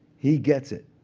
he gets it.